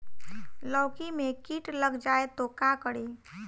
लौकी मे किट लग जाए तो का करी?